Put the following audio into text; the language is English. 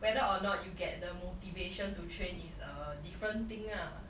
whether or not you get the motivation to train is a different thing ah